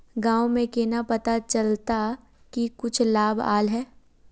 गाँव में केना पता चलता की कुछ लाभ आल है?